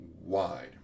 wide